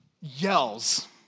yells